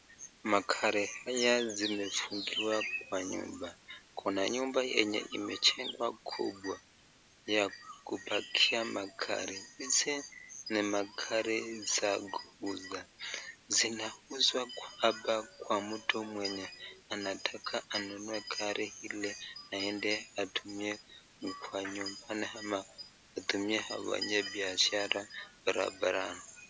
Magari haya zimefungiwa kwa nyumba kuna nyumba imejengwa kubwa ya kupakia magari hizi, ni magari za kuuza zinauzwa hapa kwa mtu mwenye anataka anunue gari ili aende atumie nyumbani ama atumie afanye bishara barabarani.